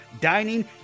dining